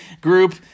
group